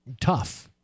tough